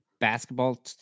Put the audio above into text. basketball